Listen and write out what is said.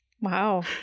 wow